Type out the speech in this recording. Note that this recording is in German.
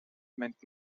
meint